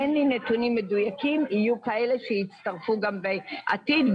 אין לי נתונים מדויקים - יצטרפו בעתיד,